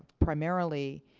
primarily,